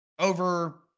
over